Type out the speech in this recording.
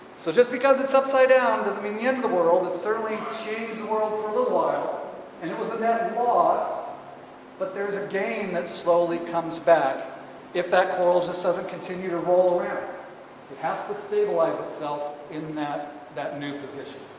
so just because it's upside down and doesn't mean the end of the world that certainly change the world for a little while and it was a net loss but there's a gain that slowly comes back if that coral just doesn't continue to roll around. it has to stabilize itself in that that new position.